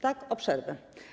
Tak, o przerwę.